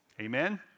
Amen